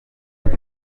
ati